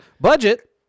Budget